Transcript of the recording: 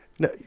no